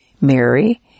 Mary